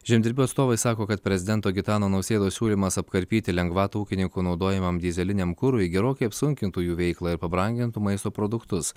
žemdirbių atstovai sako kad prezidento gitano nausėdos siūlymas apkarpyti lengvatą ūkininkų naudojamam dyzeliniam kurui gerokai apsunkintų jų veiklą ir pabrangintų maisto produktus